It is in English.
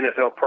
NFL